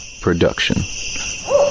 Production